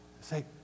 Say